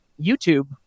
YouTube